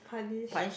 punish